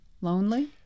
lonely